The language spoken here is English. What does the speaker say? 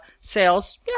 sales